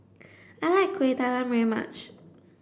I like Kuih Talam very much